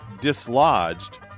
dislodged